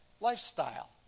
lifestyle